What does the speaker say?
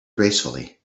gracefully